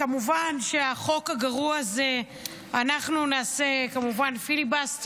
כמובן שבחוק הגרוע הזה אנחנו נעשה פיליבסטר,